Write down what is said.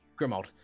Grimald